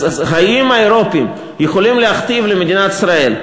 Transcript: אז האם האירופים יכולים להכתיב למדינת ישראל,